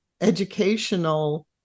educational